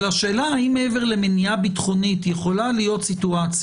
אבל השאלה האם מעבר למניעה ביטחונית יכול להיות מצב